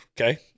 Okay